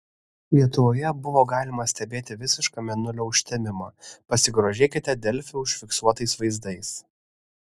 lietuvoje buvo galima stebėti visišką mėnulio užtemimą pasigrožėkite delfi užfiksuotais vaizdais